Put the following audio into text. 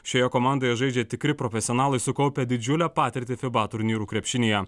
šioje komandoje žaidžia tikri profesionalai sukaupę didžiulę patirtį fiba turnyrų krepšinyje